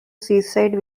seaside